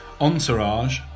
Entourage